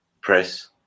press